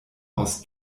aus